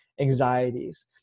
anxieties